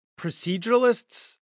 proceduralists